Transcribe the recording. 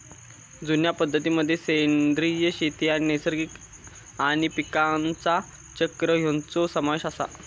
जुन्या पद्धतीं मध्ये सेंद्रिय शेती आणि नैसर्गिक आणि पीकांचा चक्र ह्यांचो समावेश आसा